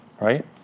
Right